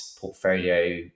portfolio